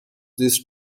this